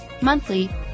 monthly